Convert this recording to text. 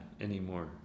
anymore